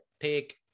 take